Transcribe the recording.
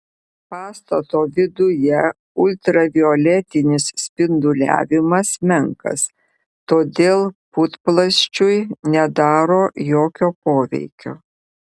pastato viduje ultravioletinis spinduliavimas menkas todėl putplasčiui nedaro jokio poveikio